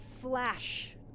flash